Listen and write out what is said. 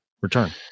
return